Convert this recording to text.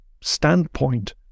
standpoint